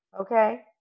Okay